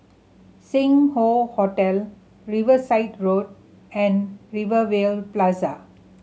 Sing Hoe Hotel Riverside Road and Rivervale Plaza